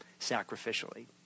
sacrificially